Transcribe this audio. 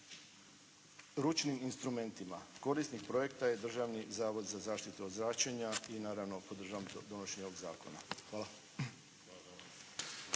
ručnim instrumentima. Korisnik projekta je Državni zavod za zaštitu od zračenja i naravno podržavam donošenje ovog Zakona. Hvala.